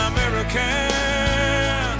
American